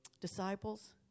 disciples